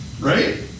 right